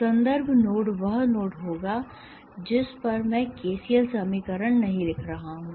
संदर्भ नोड वह नोड होगा जिस पर मैं केसीएल समीकरण नहीं लिख रहा हूं